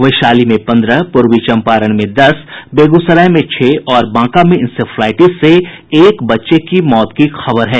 वैशाली में पन्द्रह पूर्वी चंपारण में दस बेगूसराय में छह और बांका में इंसेफ्लाटिस से एक बच्चे की मौत की खबर है